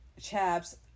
chaps